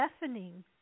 deafening